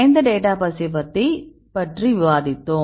எந்த டேட்டாபேசை பற்றி விவாதித்தோம்